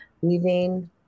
Weaving